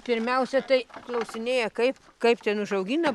pirmiausia tai klausinėja kaip kaip ten užaugina